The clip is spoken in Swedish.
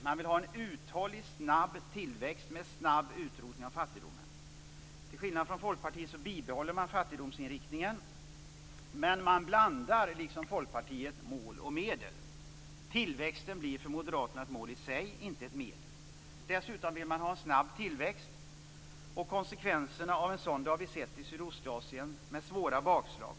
Man vill ha en uthållig snabb tillväxt med en snabb utrotning av fattigdomen. Till skillnad från Folkpartiet bibehåller man fattigdomsinriktningen, men man blandar liksom Folkpartiet mål och medel. Tillväxten blir för moderaterna ett mål i sig, inte ett medel. Dessutom vill man ha en snabb tillväxt. Vi har sett konsekvenserna av en sådan i Sydostasien, med svåra bakslag.